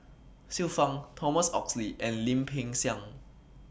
Xiu Fang Thomas Oxley and Lim Peng Siang